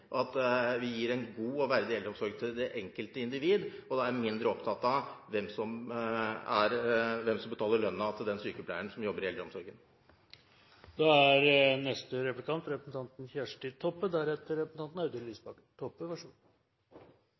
og at vi gir en god og verdig eldreomsorg til det enkelte individ, og da er jeg mindre opptatt av hvem som betaler lønnen til den sykepleieren som jobber i